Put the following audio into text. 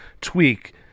tweak